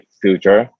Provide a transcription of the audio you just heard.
future